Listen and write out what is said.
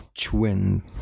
twin